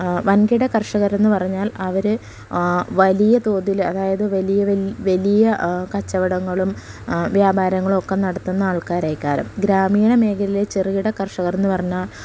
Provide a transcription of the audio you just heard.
വൻകിട കർഷകർ എന്ന് പറഞ്ഞാൽ അവർ വലിയ തോതിൽ അതായത് വലിയ വലിയ കച്ചവടങ്ങളും വ്യാപാരങ്ങളും ഒക്കെ നടത്തുന്ന ആൾക്കാരായിക്കാലും ഗ്രാമീണ മേഖലയിലെ ചെറുകിട കർഷകർ എന്ന് പറഞ്ഞാൽ